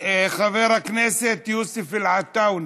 חבר הכנסת יוסף עטאונה,